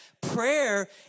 prayer